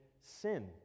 sin